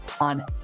on